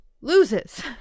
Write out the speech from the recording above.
loses